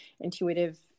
intuitive